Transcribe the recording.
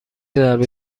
ضربه